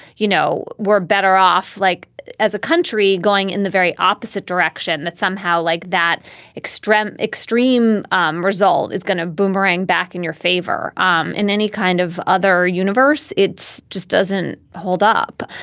you know, we're better off like as a country going in the very opposite direction, that somehow like that extreme extreme um result is going to boomerang back in your favor um in any kind of other universe. it's just doesn't hold up.